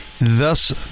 thus